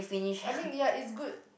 it I mean ya it's good